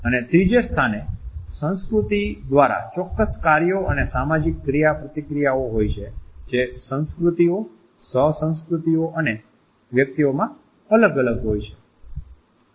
અને ત્રીજે સ્થાને સંસ્કૃતિ દ્વારા ચોક્કસ કાર્યો અને સામાજિક ક્રિયાપ્રતિક્રિયાઓ હોય છે જે સંસ્કૃતિઓ સહ સંસ્કૃતિઓ અને વ્યક્તિઓમાં અલગ અલગ હોય છે